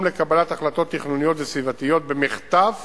לקבלת החלטות תכנוניות וסביבתיות במחטף